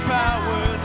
power